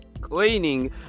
cleaning